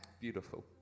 Beautiful